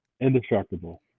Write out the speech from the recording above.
indestructible